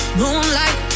moonlight